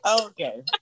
Okay